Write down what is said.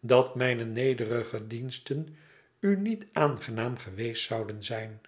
dat mijne nederige diensten u niet aangenaam geweest zouden zijn